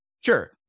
Sure